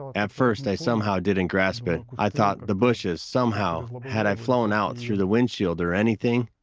at first, i somehow didn't grasp it, i thought, the bushes, somehow, had i flown out through the windscreen or anything?